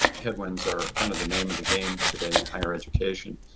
headwinds are kind of the name of the game today in higher education.